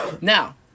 Now